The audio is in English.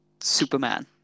Superman